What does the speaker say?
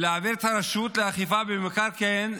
יעבירו את הרשות לאכיפה במקרקעין,